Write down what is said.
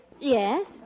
Yes